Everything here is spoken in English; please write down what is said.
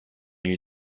you